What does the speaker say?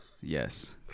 Yes